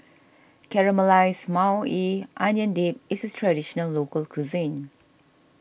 Caramelized Maui Onion Dip is a Traditional Local Cuisine